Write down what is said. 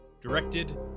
Directed